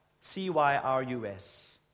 C-Y-R-U-S